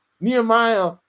Nehemiah